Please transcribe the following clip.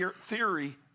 theory